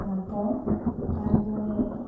তাঁত বওঁ তাঁত বৈ